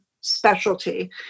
specialty